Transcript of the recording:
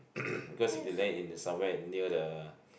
cause if you land in the somewhere near the